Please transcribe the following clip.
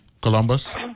Columbus